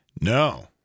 no